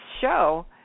show